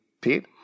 Pete